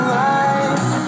life